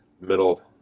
middle